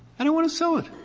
i don't want to sell it.